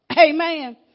Amen